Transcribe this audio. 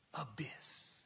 abyss